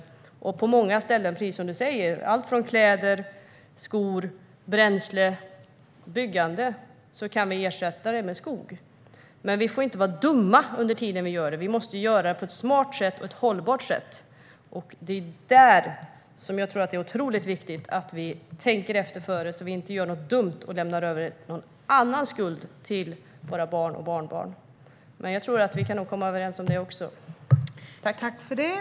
Det handlar om många ställen, precis som Lars Tysklind säger - alltifrån kläder, skor och bränsle till byggande kan vi ersätta med skog. Men vi får inte vara dumma under tiden vi gör det. Vi måste göra det på ett smart och hållbart sätt, och det är där jag tror att det är otroligt viktigt att vi tänker efter före så att vi inte gör något dumt och lämnar över någon annan skuld till våra barn och barnbarn. Jag tror att vi kan komma överens också om detta.